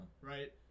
Right